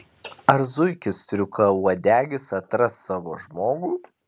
ar zuikis striukauodegis atras savo žmogų